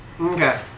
Okay